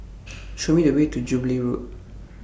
Show Me The Way to Jubilee Road